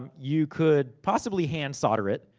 um you could possibly hand solder it.